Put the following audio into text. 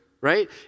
Right